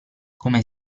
come